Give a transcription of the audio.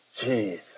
Jeez